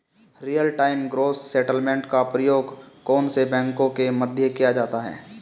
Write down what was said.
Real time gross settlement का प्रयोग कौन से बैंकों के मध्य किया जाता है?